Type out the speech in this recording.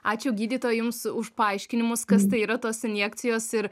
ačiū gydytoja jums už paaiškinimus kas tai yra tos injekcijos ir